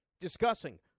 discussing